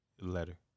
Letter